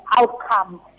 outcome